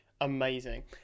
Amazing